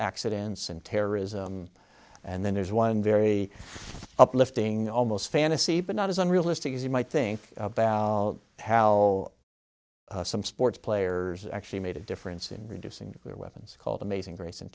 accidents and terrorism and then there's one very uplifting almost fantasy but not as unrealistic as you might think about how some sports players actually made a difference in reducing their weapons called amazing grace and